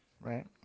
right